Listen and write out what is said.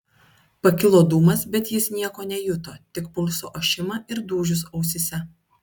pakilo dūmas bet jis nieko nejuto tik pulso ošimą ir dūžius ausyse